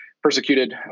persecuted